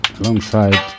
alongside